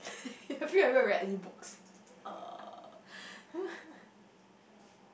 have you ever read any books